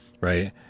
right